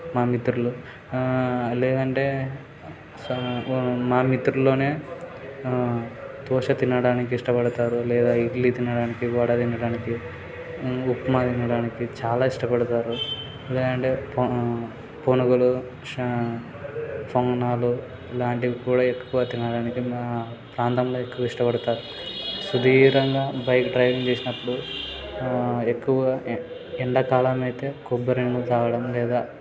మా మిత్రులు లేదంటే సా మ మా మిత్రుల్లోనే దోశ తినడానికి ఇష్టపడతారు లేదా ఇడ్లీ తినడానికి వడ తినడానికి ఉప్మా తినడానికి చాలా ఇష్టపడతారు లేదంటే పునుగులు షా పొంగనాలు ఇలాంటివి కూడా ఎక్కువ తినడానికి మా ప్రాంతంలో ఎక్కువ ఇష్టపడతారు సుదీర్ఘంగా బైక్ డ్రైవింగ్ చేసినప్పుడు ఎక్కువగా ఎండాకాలం అయితే కొబ్బరి నీళ్ళు త్రాగడము లేదా